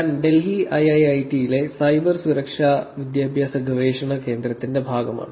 ഞാൻ ഡൽഹി ഐഐഐടിയിലെ സൈബർ സുരക്ഷാ വിദ്യാഭ്യാസ ഗവേഷണ കേന്ദ്രത്തിന്റെ ഭാഗമാണ്